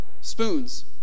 spoons